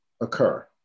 occur